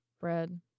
Bread